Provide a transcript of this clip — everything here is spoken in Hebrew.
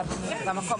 אלא במקום